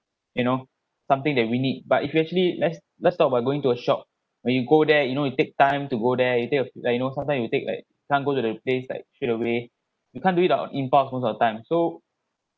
you know something that we need but if you actually let's let's talk about going to a shop when you go there you know you it take time to go there instead of like you know sometimes it take like can't go to the place like straight away we can't do it on impulse most of the time so